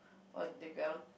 on the ground